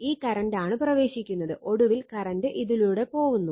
ഈ കറണ്ടാണ് പ്രവേശിക്കുന്നത് ഒടുവിൽ കറന്റ് ഇതിലൂടെ പോവുന്നു